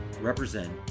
represent